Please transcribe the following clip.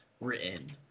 written